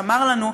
שאמר לנו,